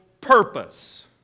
purpose